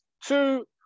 two